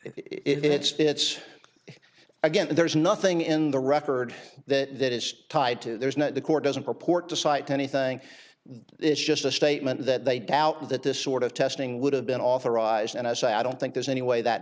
it's it's again there's nothing in the record that that is tied to there's not the court doesn't purport to cite anything is just a statement that they doubt that this sort of testing would have been authorized and i say i don't think there's any way that